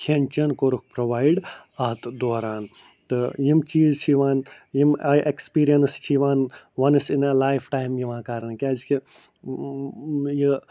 کھیٚن چھیٚن کوٚرکھ پرووایِڈ اَتھ دوران تہٕ یِم چیٖز چھِ یِوان یِم آیہِ اٮ۪کٕسپریٖنَس چھِ یِوان وَنٕس اِن اےٚ لایِف ٹایِم یِوان کرنہٕ کیٛازِکہ یہِ